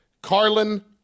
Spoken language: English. Carlin